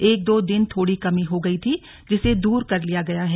एक दो दिन थोड़ी कमी हो गई थी जिसे दूर कर लिया गया है